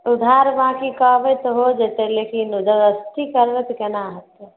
उधार बाकी कहबै तऽ हो जयतै लेकिन दश कि करबै से कना होयतै